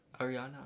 Ariana